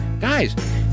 Guys